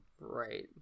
Right